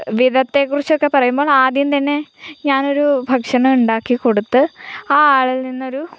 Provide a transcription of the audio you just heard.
വിധത്തെ കുറിച്ചൊക്കെ പറയുമ്പോൾ ആദ്യം തന്നെ ഞാനൊരു ഭക്ഷണം ഉണ്ടാക്കി കൊടുത്ത് ആ ആളിൽ നിന്നൊരു